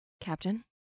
Captain